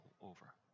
over